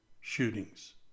shootings